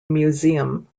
museum